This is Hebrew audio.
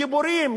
דיבורים.